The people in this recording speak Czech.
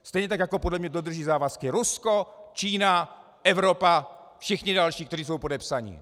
Stejně tak jako podle mne dodrží závazky Rusko, Čína, Evropa, všichni další, kteří jsou podepsaní.